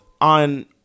on